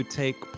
take